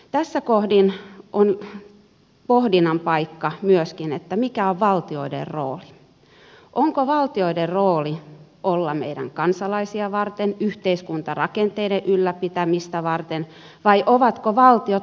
tässä kohdin on pohdinnan paikka myöskin mikä on valtioiden rooli onko valtioiden rooli olla kansalaisia varten yhteiskuntarakenteiden ylläpitämistä varten vai ovatko valtiot rahoituslaitoksia